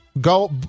Go